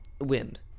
wind